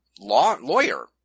lawyer